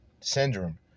syndrome